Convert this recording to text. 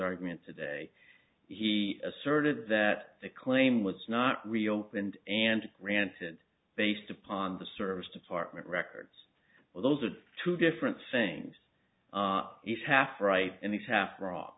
argument today he asserted that the claim was not reopened and granted based upon the service department records well those are two different things if half right and half wrong